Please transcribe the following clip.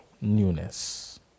newness